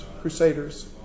crusaders